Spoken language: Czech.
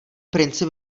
princip